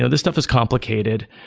ah this stuff is complicated.